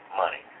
money